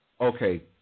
Okay